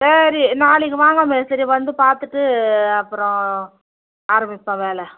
சரி நாளைக்கு வாங்க மேஸ்திரி வந்து பார்த்துட்டு அப்புறம் ஆரம்மிப்போம் வேலை